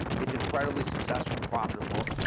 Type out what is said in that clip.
it's incredibly successful and profitable,